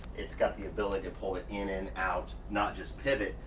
it's got the ability to pull it in and out, not just pivot.